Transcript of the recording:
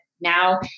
now